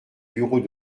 bureau